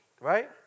Right